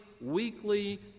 weekly